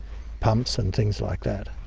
pumps and things like that.